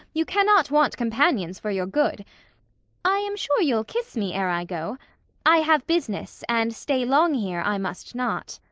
you cannot want companions for your good i am sure you'll kiss me e'r i go i have business, and stay long here i must not.